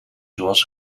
zoals